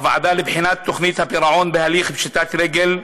הוועדה לבחינת תוכנית הפירעון בהליך פשיטת רגל,